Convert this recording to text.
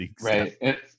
Right